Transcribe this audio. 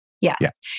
Yes